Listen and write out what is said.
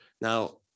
Now